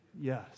Yes